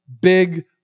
big